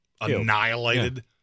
annihilated